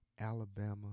Alabama